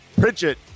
pritchett